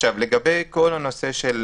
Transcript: לגבי הנושא של